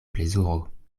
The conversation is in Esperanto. plezuro